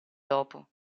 dopo